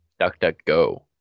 DuckDuckGo